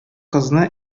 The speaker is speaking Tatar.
кызны